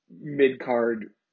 mid-card